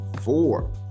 four